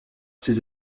ses